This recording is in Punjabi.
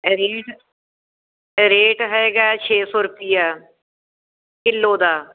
ਰੇਟ ਰੇਟ ਹੈਗਾ ਛੇ ਸੌ ਰੁਪਇਆ ਕਿਲੋ ਦਾ